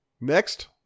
Next